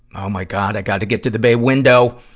oh my god, i gotta get to the bay window!